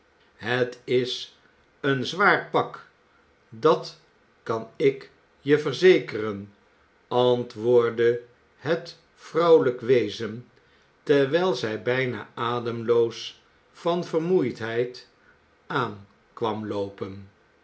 het is een zwaar pak dat kan ik je verzekeren antwoordde het vrouwelijk wezen terwijl zij bijna ademloos van vermoeidheid aan kwam loopen